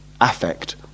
affect